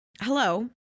hello